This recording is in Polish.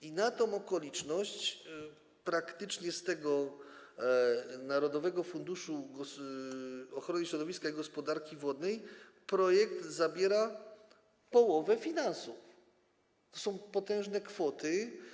I na tę okoliczność praktycznie z tego Narodowego Funduszu Ochrony Środowiska i Gospodarki Wodnej projekt zabiera połowę finansów, a to są potężne kwoty.